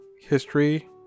history